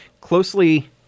closely